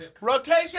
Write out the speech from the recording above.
Rotation